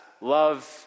love